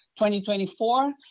2024